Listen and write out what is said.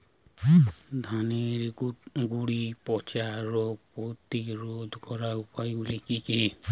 ধানের গুড়ি পচা রোগ প্রতিরোধ করার উপায়গুলি কি কি?